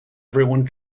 everyone